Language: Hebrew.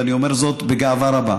ואני אומר זאת בגאווה רבה,